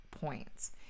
points